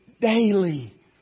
daily